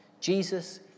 Jesus